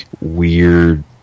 weird